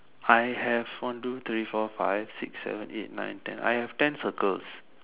I have one two three four five six seven eight nine ten I have ten circles